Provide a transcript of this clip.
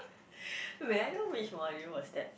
may I know which module was that